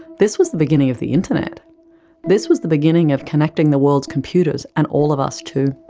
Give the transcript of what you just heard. this was the beginning of the internet this was the beginning of connecting the world's computers and all of us too.